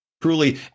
truly